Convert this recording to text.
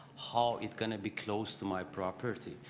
how it's going to be close to my property.